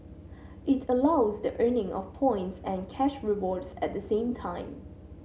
it allows the earning of points and cash rewards at the same time